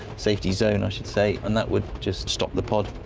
safety zone i should say, and that would just stop the pod.